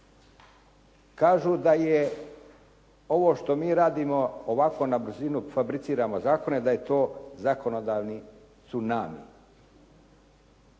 Kažu da je ovo što mi radimo, ovako na brzinu fabriciramo zakone da je to zakonodavni tsunami.